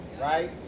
right